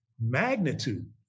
magnitude